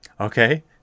Okay